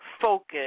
focus